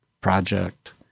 project